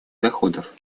доходов